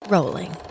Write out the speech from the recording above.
rolling